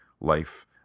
life